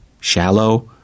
shallow